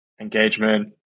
engagement